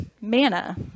manna